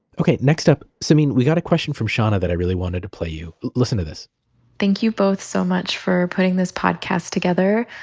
okay, next up samin, we got a question from shana that i really wanted to play you, listen to this thank you both so much for putting this podcast together.